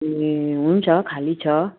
ए हुन्छ खाली छ